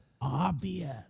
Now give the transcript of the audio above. obvious